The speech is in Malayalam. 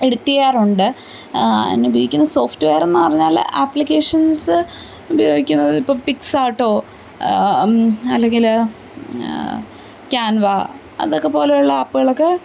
എഡിറ്റ് ചെയ്യാറുണ്ട് അതിനുപയോഗിക്കുന്ന സോഫ്റ്റ്വെയറെന്നു പറഞ്ഞാല് ആപ്ലിക്കേഷൻസ് ഉപയോഗിക്കുന്നത് ഇപ്പോള് പിക്സാര്ട്ടോ അല്ലെങ്കില് ക്യാൻവാ അതൊക്കെ പോലെയുള്ള ആപ്പുകളൊക്കെ